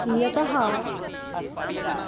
यतः